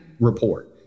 report